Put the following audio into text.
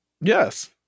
Yes